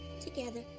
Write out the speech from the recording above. together